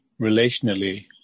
relationally